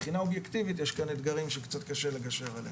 מבחינה אובייקטיבית יש כאן אתגרים שקצת קשה לגשר עליהם.